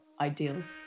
ideals